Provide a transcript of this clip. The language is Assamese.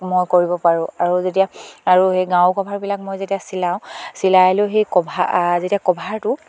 মই কৰিব পাৰোঁ আৰু যেতিয়া আৰু সেই গাৰু কভাৰবিলাক মই যেতিয়া চিলাওঁ চিলাই লৈ সেই কভা যেতিয়া কভাৰটো